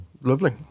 lovely